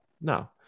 no